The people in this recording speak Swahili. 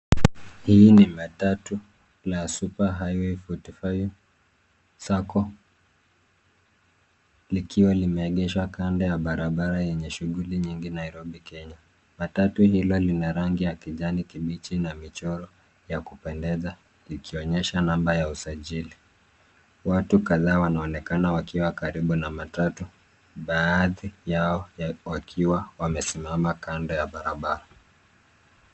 Hili ni matatu la SuperHighway 45 Sacco, likiwa limeegeshwa kando ya barabara yenye shughuli nyingi Nairobi, Kenya. Matatu hilo lina rangi ya kijani kibichi na michoro ya kupendeza likionyesha namba ya usajili. Watu kadhaa wanaonekana wakiwa karibu na matatu, baadhi yao wakiwa wamesimama kando ya barabara.